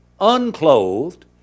unclothed